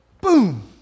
boom